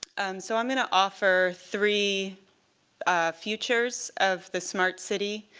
so i'm going to offer three futures of the smart city.